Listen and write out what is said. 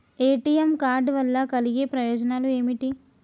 ATM card వల్ల కలిగే ప్రయోజనాలు ఏమిటి?